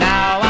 Now